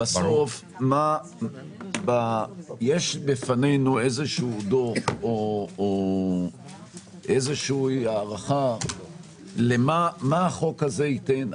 בסוף יש בפנינו איזשהו דוח או איזושהי הערכה מה החוק הזה ייתן?